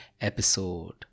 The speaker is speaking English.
episode